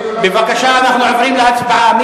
בבקשה, אנחנו עוברים להצבעה.